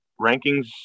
Rankings